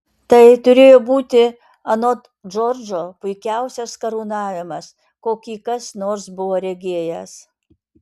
tai turėjo būti anot džordžo puikiausias karūnavimas kokį kas nors buvo regėjęs